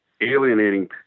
alienating